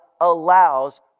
allows